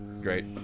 great